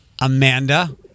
Amanda